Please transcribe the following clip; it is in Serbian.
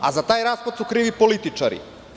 A za taj raspad su krivi političari.